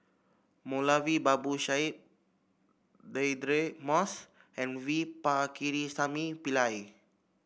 Moulavi Babu Sahib Deirdre Moss and V Pakirisamy Pillai